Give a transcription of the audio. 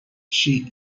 she